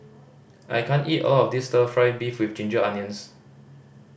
I can't eat all of this Stir Fry beef with ginger onions